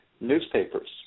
newspapers